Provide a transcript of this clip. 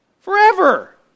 Forever